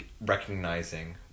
recognizing